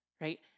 right